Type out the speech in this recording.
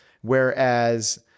whereas